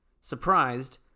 Surprised